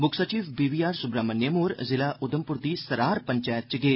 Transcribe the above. मुक्ख सचिव B V R Subrahmanyam होर जिला उधमपुर दी सरार पंचैत च गे